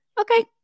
okay